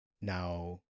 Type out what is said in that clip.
now